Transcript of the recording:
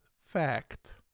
fact